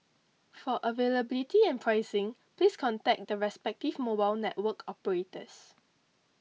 for availability and pricing please contact the respective mobile network operators